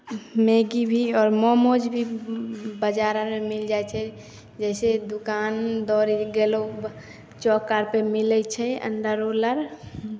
Maggi भी आओर मोमोज भी बाजार अरमे मिल जाइ छै जइसे दुकान दौरी गेलहुँ चौक आर पे मिलै छै अंडा रोल अर